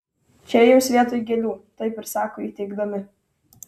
čia jums vietoj gėlių taip ir sako įteikdami